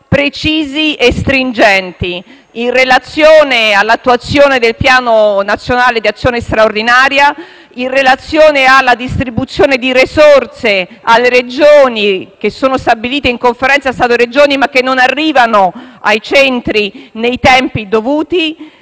precisi e stringenti in relazione all'attuazione del piano d'azione nazionale straordinario contro la violenza sessuale, in relazione alla distribuzione di risorse alle Regioni che sono stabilite in Conferenza Stato-Regioni ma che non arrivano ai centri nei tempi dovuti,